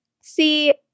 see